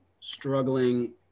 struggling